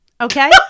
Okay